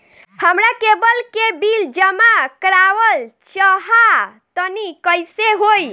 हमरा केबल के बिल जमा करावल चहा तनि कइसे होई?